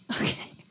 Okay